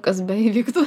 kas beįvyktų